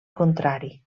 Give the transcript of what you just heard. contrari